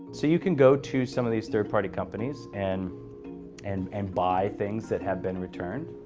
so you can go to some of these third-party companies and and and buy things that have been returned,